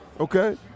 Okay